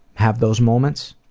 have those moments,